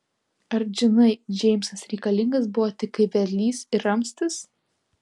ar džinai džeimsas reikalingas buvo tik kaip vedlys ir ramstis